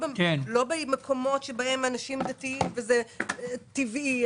לא במקומות של אנשים דתיים זה טבעי,